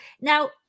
now